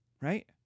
right